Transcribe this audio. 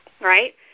right